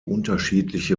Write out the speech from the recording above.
unterschiedliche